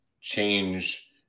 change